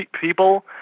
people